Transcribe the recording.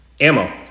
Ammo